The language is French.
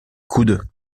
coudes